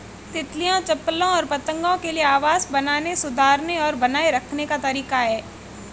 तितलियों, चप्पलों और पतंगों के लिए आवास बनाने, सुधारने और बनाए रखने का तरीका है